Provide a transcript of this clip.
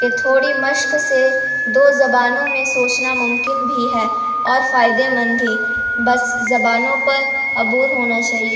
کہ تھوڑی مشق سے دو زبانوں میں سوچنا ممکن بھی ہے اور فائدے مند بھی بس زبانوں پر ابور ہونا چاہیے